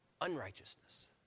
unrighteousness